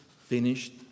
finished